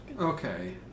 Okay